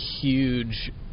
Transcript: huge